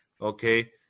Okay